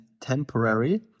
temporary